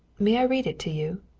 may i read it to you?